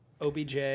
OBJ